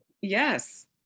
yes